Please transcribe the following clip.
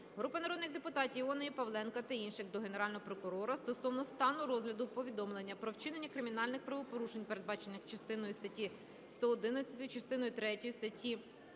Групи народних депутатів (Іонової, Павленка та інших) до Генерального прокурора стосовно стану розгляду повідомлення про вчинення кримінальних правопорушень, передбачених частиною першою статті 111, частиною третьою